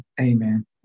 Amen